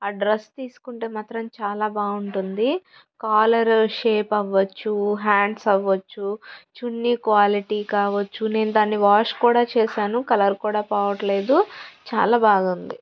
ఆ డ్రెస్ తీసుకుంటే మాత్రం చాలా బాగుంటుంది కాలర్ షేప్ అవ్వచ్చు హ్యాండ్స్ అవ్వచ్చు చున్నీ క్వాలిటీ కావచ్చు నేను దాన్ని వాష్ కూడా చేసాను కలర్ కూడా పొవట్లేదు చాలా బాగుంది